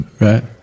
right